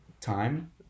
Time